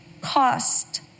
cost